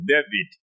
David